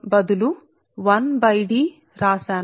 ఇప్పుడు మేము ఈ సమీకరణం 33 ని మీ సమీకరణం 40 తో పోల్చాము